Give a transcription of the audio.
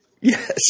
yes